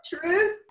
truth